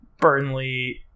burnley